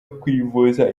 kwivuza